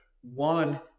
One